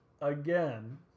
again